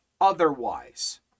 otherwise